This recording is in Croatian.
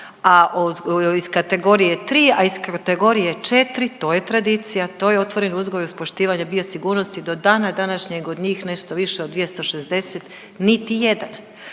a iz kategorije tri, a iz kategorije četiri to je tradicija, to je otvoren uzgoj uz poštivanje biosigurnosti do dana današnjeg od njih nešto više od 260 niti jedan.